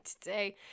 today